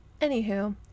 Anywho